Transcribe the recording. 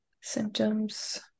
symptoms